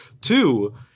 Two